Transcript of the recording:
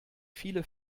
viele